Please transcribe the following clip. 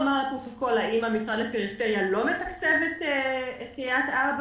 אתה יודע לומר לפרוטוקול האם המשרד לפריפריה לא מתקצב את קריית ארבע?